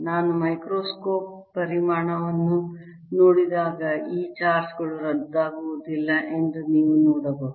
ನಾನು ಮೈಕ್ರೋಸ್ಕೋಪ್ ಪರಿಮಾಣವನ್ನು ನೋಡಿದಾಗ ಈ ಚಾರ್ಜ್ ಗಳು ರದ್ದಾಗುವುದಿಲ್ಲ ಎಂದು ನೀವು ನೋಡಬಹುದು